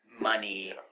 money